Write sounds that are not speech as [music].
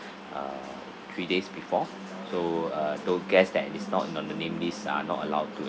[breath] uh three days before so uh those guest that is not not in the name list are not allowed to